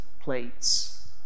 plates